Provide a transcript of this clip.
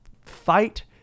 fight